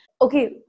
Okay